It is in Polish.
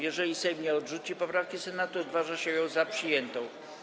Jeżeli Sejm nie odrzuci poprawki Senatu, uważa sią ją za przyjętą.